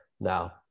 Now